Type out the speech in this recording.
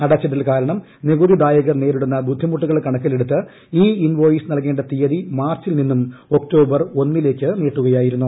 അടച്ചിടൽ കാരണം നികുതിദായകർ നേരിടുന്ന ബുദ്ധിമുട്ടുകൾ കണക്കിലെടുത്ത് ഇ ഇൻവോയ്സ് നൽകേണ്ട തീയതി മാർച്ചിൽ നിന്നും ഒക്ടോബർ ഒന്നിലേക്ക് നീട്ടുക ആയിരുന്നു